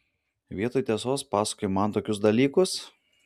vietoj tiesos pasakoji man tokius dalykus